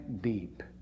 deep